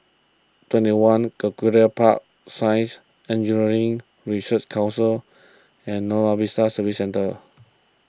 twenty one Angullia Park Science Engineering Research Council and Buona Vista Service Centre